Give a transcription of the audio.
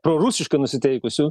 prorusiškai nusiteikusių